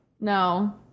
No